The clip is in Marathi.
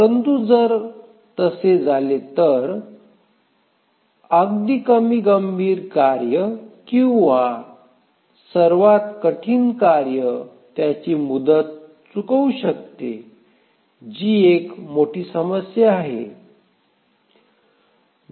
परंतु जर तसे झाले तर अगदी कमी गंभीर कार्य किंवा सर्वात कठीण कार्य त्याची मुदत चुकवू शकते जी एक मोठी समस्या आहे